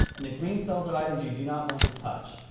and the green cells are items you do not want to touch.